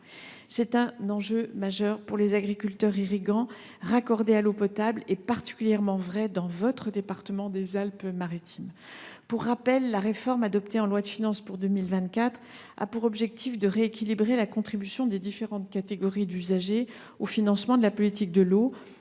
d’un enjeu majeur pour les agriculteurs irrigants raccordés à l’eau potable, particulièrement dans votre département des Alpes Maritimes. Pour rappel, la réforme adoptée en loi de finances pour 2024 a pour objectif de rééquilibrer la contribution des différentes catégories d’usagers au financement de la politique de l’eau,